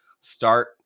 start